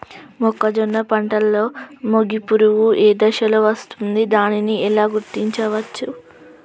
మొక్కజొన్న పంటలో మొగి పురుగు ఏ దశలో వస్తుంది? దానిని ఎలా గుర్తించవచ్చు?